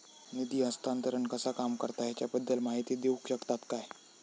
निधी हस्तांतरण कसा काम करता ह्याच्या बद्दल माहिती दिउक शकतात काय?